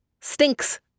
stinks